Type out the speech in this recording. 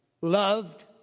loved